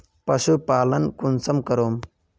पशुपालन कुंसम करूम?